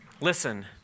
listen